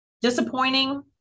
Disappointing